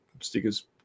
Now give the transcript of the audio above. stickers